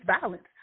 violence